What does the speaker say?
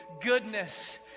goodness